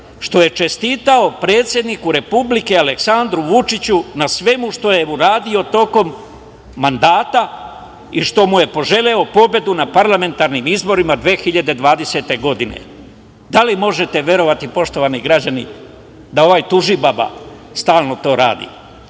što je čestitao predsedniku Republike Aleksandru Vučiću na svemu što je uradio tokom mandata i što mu je poželo pobedu na parlamentarnim izborima 22020. godine. Da li možete verovati, poštovani građani, da ovaj tužibaba stalno to radi? Đilas